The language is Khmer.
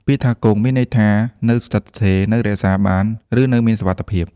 ពាក្យថា «គង់» មានន័យថា នៅស្ថិតស្ថេរ នៅរក្សាបាន ឬនៅមានសុវត្ថិភាព។